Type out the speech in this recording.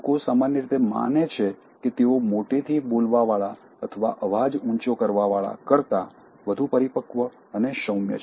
લોકો સામાન્ય રીતે માને છે કે તેઓ મોટેથી બોલવાવાળા અથવા અવાજ ઊંચો કરવાવાળા કરતાં વધુ પરિપક્વ અને સૌમ્ય છે